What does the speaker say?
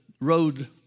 road